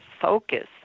focus